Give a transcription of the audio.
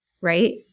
right